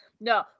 No